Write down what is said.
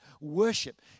worship